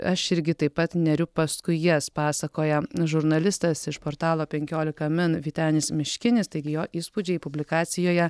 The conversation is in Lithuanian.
aš irgi taip pat neriu paskui jas pasakoja žurnalistas iš portalo penkiolika min vytenis miškinis taigi jo įspūdžiai publikacijoje